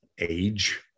age